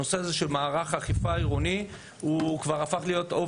נושא מערך האכיפה העירוני כבר הפך להיות ברור